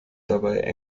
dabei